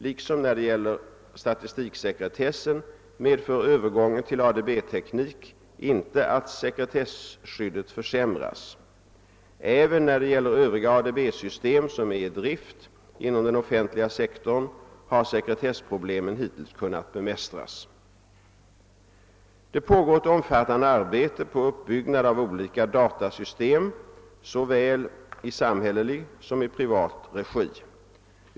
Liksom när det gäller statistiksekretessen medför övergången till ADB-teknik inte att sekretesskyddet försämras. Även när det gäller övriga ADB-system, som är i drift inom den offentliga sektorn, har sekretessproblemen hittills kunnat bemästras. Det pågår ett omfattande arbete på uppbyggnad av olika datasystem såväl i samhällelig som i privat regi.